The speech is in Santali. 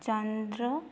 ᱪᱚᱱᱫᱽᱨᱚ